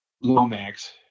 Lomax